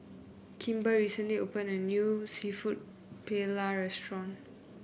Kimber recently opened a new seafood Paella restaurant